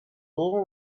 little